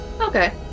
Okay